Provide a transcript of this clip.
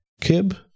kib